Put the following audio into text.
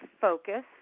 focus